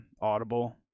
audible